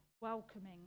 welcoming